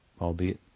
albeit